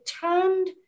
turned